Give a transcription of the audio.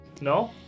no